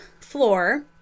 floor